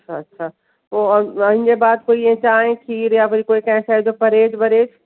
अच्छा अच्छा पोइ ईअं बार कोई चांहि खीरु या भाई कोई कंहिं शइ जो परहेज बरहेज